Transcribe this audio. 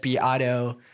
Auto